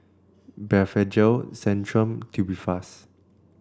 Blephagel Centrum and Tubifast